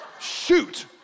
shoot